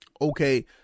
okay